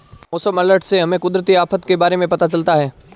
मौसम अलर्ट से हमें कुदरती आफत के बारे में पता चलता है